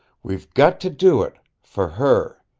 we've got to do it for her.